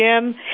Jim